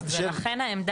אז אולי כן.